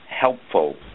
helpful